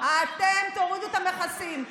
אתם תורידו את המכסים.